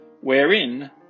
wherein